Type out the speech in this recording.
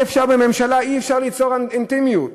בממשלה אי-אפשר למצוא אינטימיות,